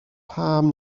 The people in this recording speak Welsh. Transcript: pam